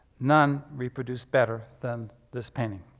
none reproduce better than this painting.